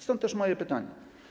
Stąd też moje pytanie.